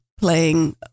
playing